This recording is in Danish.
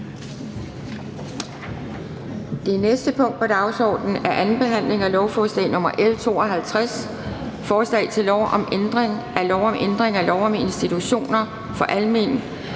Det næste punkt på dagsordenen er: 11) 2. behandling af lovforslag nr. L 52: Forslag til lov om ændring af lov om ændring af lov